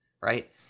right